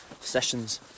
Sessions